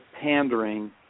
pandering